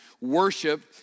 Worship